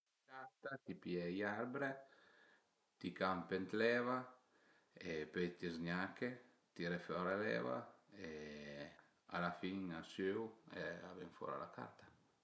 Për fe la carta t'i pìe i arbre, t'i campe ënt l'eva e pöi z-gnache, tire fora l'eva e a la fin a süu e a ven fora la carta